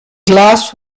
glass